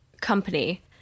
company